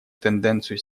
тенденцию